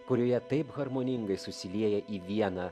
kurioje taip harmoningai susilieja į vieną